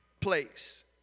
place